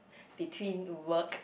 between work